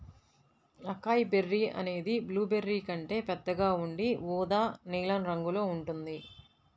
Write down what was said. acai berry అనేది blueberry కంటే పెద్దగా ఉండి ఊదా నీలం రంగులో ఉంటుంది